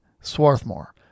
Swarthmore